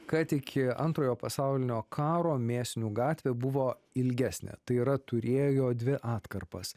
kad iki antrojo pasaulinio karo mėsinių gatvė buvo ilgesnė tai yra turėjo dvi atkarpas